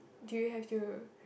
do you have to